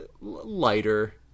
lighter